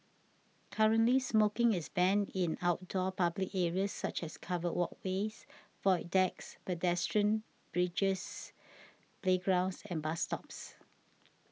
currently smoking is banned in outdoor public areas such as covered walkways void decks pedestrian bridges playgrounds and bus stops